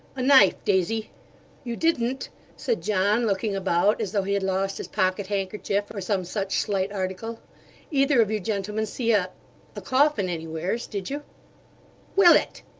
a knife, daisy you didn't said john, looking about, as though he had lost his pocket-handkerchief, or some such slight article either of you gentlemen see a a coffin anywheres, did you willet!